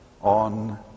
on